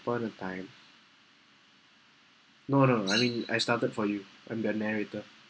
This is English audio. upon a time no no I mean I started for you I'm the narrator